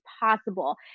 possible